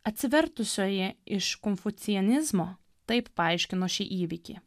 atsivertusioji iš konfucianizmo taip paaiškino šį įvykį